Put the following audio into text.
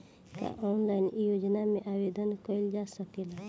का ऑनलाइन योजना में आवेदन कईल जा सकेला?